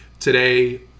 today